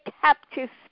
captives